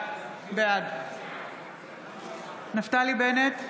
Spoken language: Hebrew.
בעד נפתלי בנט,